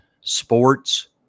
sports